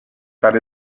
that